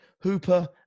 Hooper